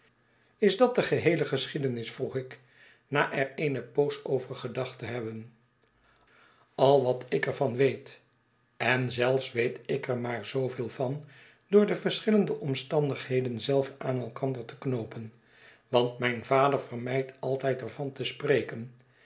is dat de geheele geschiedenis vroeg ik na er eene poos over gedacht te hebben al wat ik er van weet en zelfs weet ik er maar zooveel van door de verschillende omstandigheden zelve aan elkander te knoopen want mijn vader vermijdt altijd er van te spreken